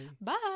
Bye